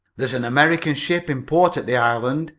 there's an american ship in port at the island,